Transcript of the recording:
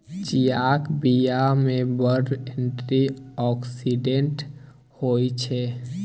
चीयाक बीया मे बड़ एंटी आक्सिडेंट होइ छै